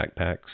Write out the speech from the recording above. backpacks